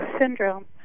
syndrome